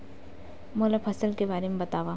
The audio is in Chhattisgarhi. मोला फसल के बारे म बतावव?